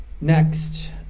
Next